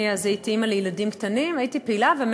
אני אז הייתי אימא לילדים קטנים, הייתי פעילה,